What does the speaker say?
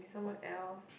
someone else